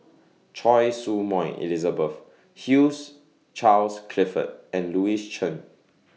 Choy Su Moi Elizabeth Hugh Charles Clifford and Louis Chen